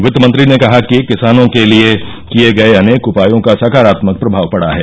वित्त मंत्री ने कहा कि किसानों के लिए किए गए अनेक उपायों का साकारात्मक प्रभाव पड़ा है